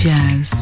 Jazz